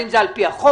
האם זה על פי החוק.